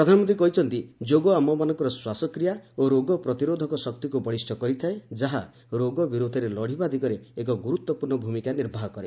ପ୍ରଧାନମନ୍ତ୍ରୀ କହିଛନ୍ତି ଯୋଗ ଆମମାନଙ୍କର ଶ୍ୱାସକ୍ରିୟା ଓ ରୋଗ ପ୍ରତିରୋଧକ ଶକ୍ତିକୁ ବଳିଷ୍ଠ କରିଥାଏ ଯାହା ରୋଗ ବିରୋଧରେ ଲଢ଼ିବା ଦିଗରେ ଏକ ଗୁରୁତ୍ୱପୂର୍ଣ୍ଣ ଭୂମିକା ନିର୍ବାହ କରେ